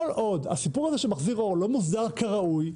כל עוד הסיפור הזה של מחזיר אור לא מוסדר כראוי,